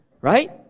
right